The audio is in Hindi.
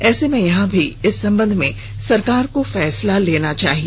ऐसे मे यहां भी इस संबध में सरकार को फैसला लेना चाहिए